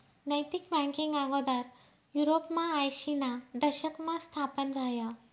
नैतिक बँकींग आगोदर युरोपमा आयशीना दशकमा स्थापन झायं